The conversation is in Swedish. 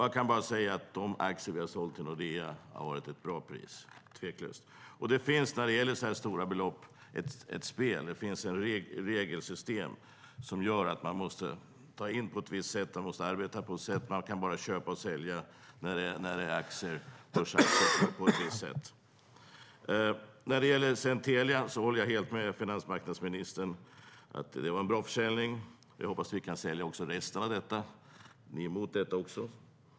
Jag kan säga att de aktier som vi har sålt i Nordea har varit till ett bra pris, tveklöst. När det gäller så här stora belopp finns det ett spel, ett regelsystem, som gör att man måste arbeta på ett visst sätt. Man kan bara köpa och sälja börsaktier på ett visst sätt. Jag håller helt med finansmarknadsministern om att Telia var en bra försäljning. Jag hoppas att vi kan sälja också resten av detta. Ni är emot det också.